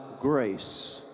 grace